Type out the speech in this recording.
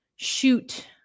shoot